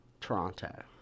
Toronto